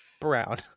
brown